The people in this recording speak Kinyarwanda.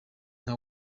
nka